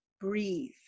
breathe